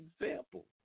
example